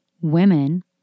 Women